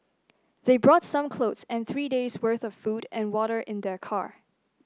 they brought some clothes and three days'worth of food and water in their car